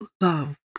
love